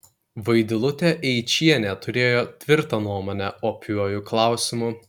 vaidilutė eičienė turėjo tvirtą nuomonę opiuoju klausimu